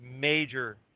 major